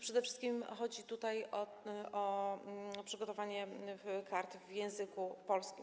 Przede wszystkim chodzi tutaj o przygotowanie kart w języku polskim.